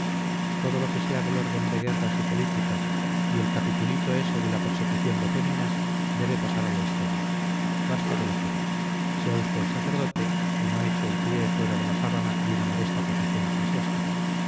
todo lo que sea del orden de guerras y política y el capitulito ese de la persecución de féminas debe pasar a la historia basta de locuras sea usted sacerdote y no eche el pie fuera de la sábana de una modesta posición